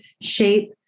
Shape